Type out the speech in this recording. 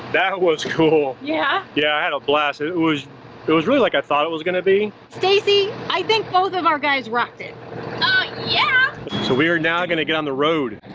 that was cool. yeah. yeah, i had a blast. it was it was really like i thought it was gonna be. stacy, i think both of our guys rocked it. oh yeah. so we are now gonna get on the road.